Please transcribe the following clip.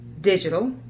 digital